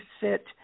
sit